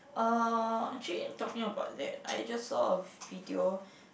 uh actually talking about that I just saw a video